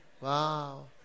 wow